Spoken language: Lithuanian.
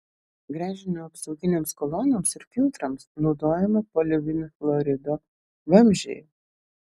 gręžinio apsauginėms kolonoms ir filtrams naudojami polivinilchlorido vamzdžiai